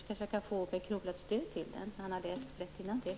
Jag kan kanske få Bengt Kronblads stöd för den efter det att han har läst rätt innantill.